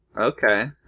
Okay